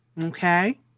Okay